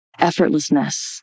effortlessness